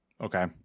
Okay